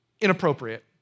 Inappropriate